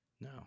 no